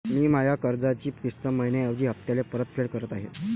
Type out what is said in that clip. मी माया कर्जाची किस्त मइन्याऐवजी हप्त्याले परतफेड करत आहे